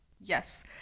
Yes